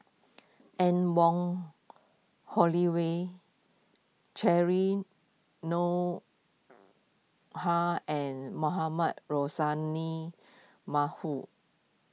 Anne Wong Holloway Cheryl and Mohamed Rozani